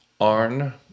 Arn